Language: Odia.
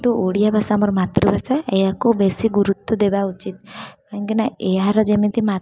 କିନ୍ତୁ ଓଡ଼ିଆ ଭାଷା ଆମର ମାତୃଭାଷା ଏହାକୁ ବେଶି ଗୁରୁତ୍ୱ ଦେବା ଉଚିତ କାହିଁକି ନା ଏହାର ଯେମିତି ମା